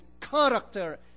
character